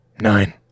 nine